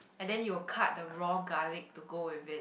and then you'll cut the raw garlic to go with it